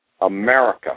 America